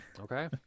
okay